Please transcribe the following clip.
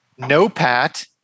NOPAT